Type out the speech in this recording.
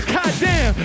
Goddamn